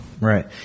Right